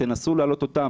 תנסו להעלות אותם.